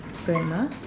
frame ah